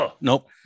nope